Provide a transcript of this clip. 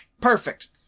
Perfect